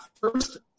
first